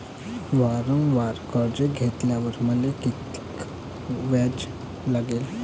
वावरावर कर्ज घेतल्यावर मले कितीक व्याज लागन?